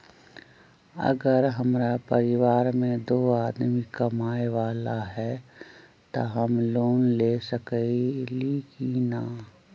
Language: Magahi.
अगर हमरा परिवार में दो आदमी कमाये वाला है त हम लोन ले सकेली की न?